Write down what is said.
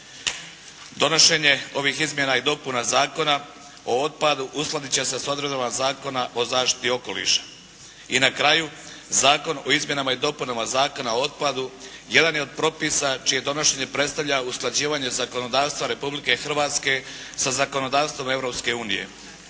Donošenje ovih izmjena i dopuna Zakona o otpadu uskladiti će se sa odredbama Zakona o zaštiti okoliša. I na kraju, Zakon o izmjenama i dopunama Zakona o otpadu jedan je od propisa čije donošenje predstavlja usklađivanje zakonodavstva Republike Hrvatske sa zakonodavstvom